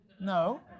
No